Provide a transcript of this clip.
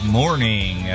morning